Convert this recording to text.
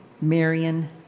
Marion